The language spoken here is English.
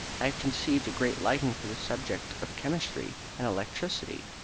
i had conceived a great liking for the subjects of chemistry and electricity,